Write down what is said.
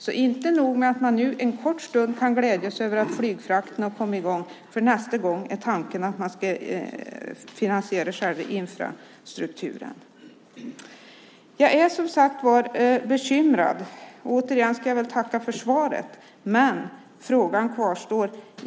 Det är inte nog med att man nu en kort stund kan glädjas över att flygfrakten har kommit i gång. Nästa gång är tanken att man ska finansiera själva infrastrukturen. Jag är som sagt bekymrad. Återigen ska jag tacka för svaret, men frågan kvarstår.